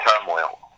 turmoil